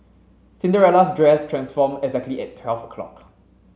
Cinderella's dress transformed exactly at twelve o' clock